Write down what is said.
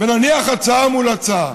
ונניח הצעה מול הצעה.